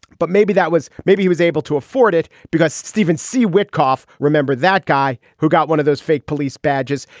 but maybe that was maybe he was able to afford it because steven c. wycoff, remember that guy who got one of those fake police badges?